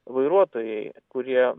vairuotojai kurie